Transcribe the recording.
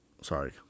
sorry